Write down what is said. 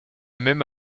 même